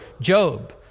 Job